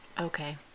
okay